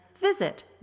visit